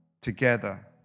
Together